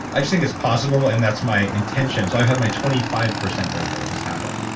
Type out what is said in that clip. i just think it's possible and that's my intention. so i had my twenty five percent birthday just happened.